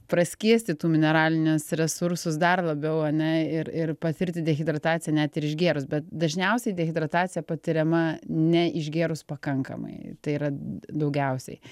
praskiesti tų mineralinius resursus dar labiau ane ir ir patirti dehidrataciją net ir išgėrus bet dažniausiai dehidratacija patiriama ne išgėrus pakankamai tai yra daugiausiai